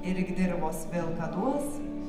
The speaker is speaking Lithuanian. ir ik dirvos vėl ką duos